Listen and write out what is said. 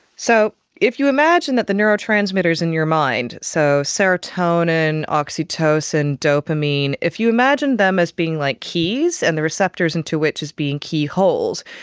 so if you imagine that the neurotransmitters in your mind, so serotonin, oxytocin, dopamine, if you imagine them as being like keys and the receptors into which as being keyholes,